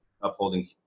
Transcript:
upholding